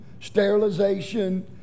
sterilization